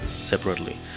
separately